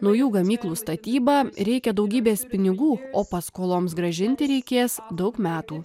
naujų gamyklų statybą reikia daugybės pinigų o paskoloms grąžinti reikės daug metų